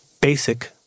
basic